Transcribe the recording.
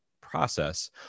process